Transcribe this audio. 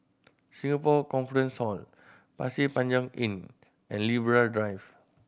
Singapore Conference Hall Pasir Panjang Inn and Libra Drive